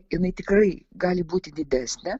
jinai tikrai gali būti didesnė